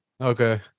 Okay